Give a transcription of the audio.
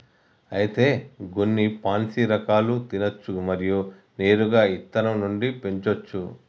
అయితే గొన్ని పాన్సీ రకాలు తినచ్చు మరియు నేరుగా ఇత్తనం నుండి పెంచోచ్చు